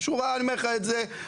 אני אומר לך את זה.